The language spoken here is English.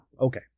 Okay